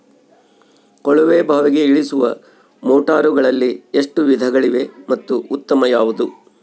ಕೊಳವೆ ಬಾವಿಗೆ ಇಳಿಸುವ ಮೋಟಾರುಗಳಲ್ಲಿ ಎಷ್ಟು ವಿಧಗಳಿವೆ ಮತ್ತು ಉತ್ತಮ ಯಾವುದು?